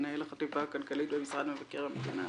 מנהל החטיבה הכלכלית במשרד מבקר המדינה.